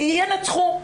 ינצחו.